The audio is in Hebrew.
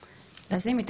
לזימי,